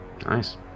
Nice